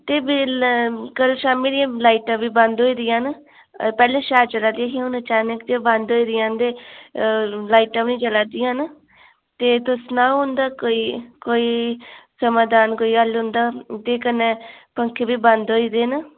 ते बेल्लै कल्ल शामी दियां लाइटां बी बंद होई गेदियां पैह्लें शैल चला दियां हियां हून अचानक गै बंद होई दियां न ते लाइटां बी चला दियां न ते तुस सनाओ उं'दां कोई कोई समाधान कोई हल्ल उं'दा ते कन्नै पक्खे बी बंद होई गेदे न